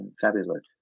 fabulous